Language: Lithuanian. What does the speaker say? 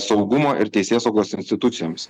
saugumo ir teisėsaugos institucijoms